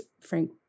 Frank